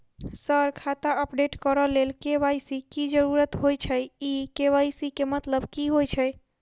Sir खाता update करऽ लेल के.वाई.सी की जरुरत होइ छैय इ के.वाई.सी केँ मतलब की होइ छैय?